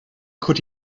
could